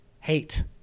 hate